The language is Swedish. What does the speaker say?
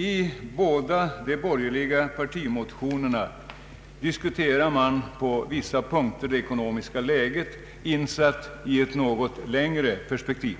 I båda de borgerliga partimotionerna diskuteras på vissa punkter det ekonomiska läget insatt i ett något vidare perspektiv,